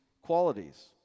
qualities